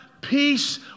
peace